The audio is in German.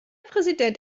präsident